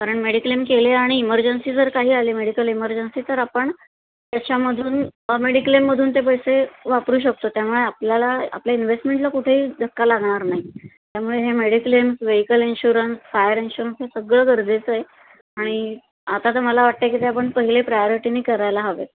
कारण मेडिक्लेम केले आणि इमर्जन्सी जर काही आली मेडिकल इमर्जन्सी तर आपण त्याच्यामधून मेडिक्लेममधून ते पैसे वापरू शकतो त्यामुळे आपल्याला आपल्या इन्ववेहेस्टमेंटला कुठेही धक्का लागणार नाही त्यामुळे हे मेडिक्लेमस व्हेिकल इनशुरन्स फायर इन्शुरन्स हे सगळं गरजेचंय आणि आता तर मला वाटतं की ते आपण पहिले प्रायरिटीनी करायला हवेत